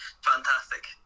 fantastic